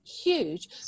huge